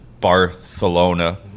Barcelona